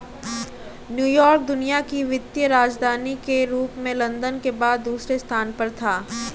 New York दुनिया की वित्तीय राजधानी के रूप में लंदन के बाद दूसरे स्थान पर था